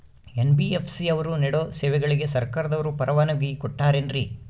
NBFC ಅವರು ನೇಡೋ ಸೇವೆಗಳಿಗೆ ಸರ್ಕಾರದವರು ಪರವಾನಗಿ ಕೊಟ್ಟಾರೇನ್ರಿ?